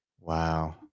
Wow